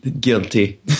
Guilty